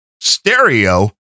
stereo